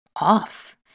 off